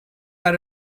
are